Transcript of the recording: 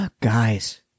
Guys